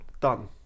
done